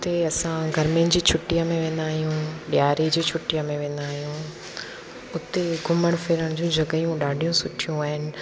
उते असां गर्मियुनि जी छुटीअ में वेंदा आहियूं ॾियारीअ जी छुटीअ में वेंदा आहियूं उते घुमणु फिरण जूं जॻहियूं ॾाढियूं सुठियूं आहिनि